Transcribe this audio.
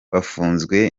bafunzwe